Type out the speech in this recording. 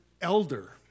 elder